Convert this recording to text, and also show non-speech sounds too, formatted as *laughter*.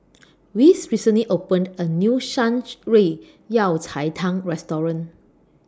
*noise* Wes recently opened A New Shan *noise* Rui Yao Cai Tang Restaurant